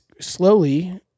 slowly